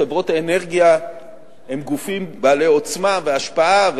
חברות האנרגיה הן גופים בעלי עוצמה והשפעה,